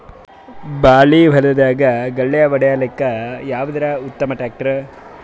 ಬಾಳಿ ಹೊಲದಾಗ ಗಳ್ಯಾ ಹೊಡಿಲಾಕ್ಕ ಯಾವದ ಉತ್ತಮ ಟ್ಯಾಕ್ಟರ್?